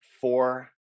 four